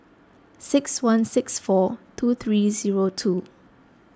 six one six four two three zero two